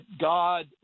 God